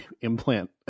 implant